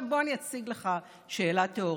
בוא אני אציג לך שאלה תיאורטית: